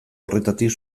horretatik